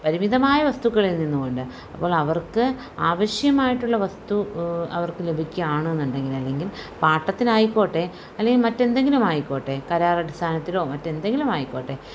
പരിമിധമായ വസ്തുക്കളിൽ നിന്ന് കൊണ്ട് അപ്പോൾ അവർക്ക് ആവശ്യമായിട്ടുള്ള വസ്തു അവർക്ക് ലഭിക്കുകയാണെന്നുണ്ടെങ്കിൽ അല്ലെങ്കിൽ പാട്ടത്തിലായിക്കോട്ടെ അല്ലെങ്കിൽ മറ്റെന്തെങ്കിലും ആയിക്കോട്ടെ കരാർ അടിസ്ഥാനത്തിലോ മറ്റെന്തെങ്കിലും ആയിക്കോട്ടെ